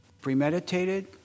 premeditated